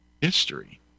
history